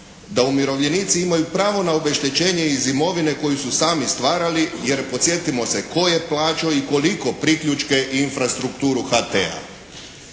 da umirovljenici imaju pravo na obeštećenje iz imovine koju su sami stvarali, jer podsjetimo se tko je plaćao i koliko priključke i infrastrukturu HT-a.